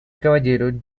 caballero